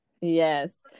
yes